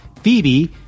Phoebe